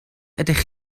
ydych